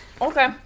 Okay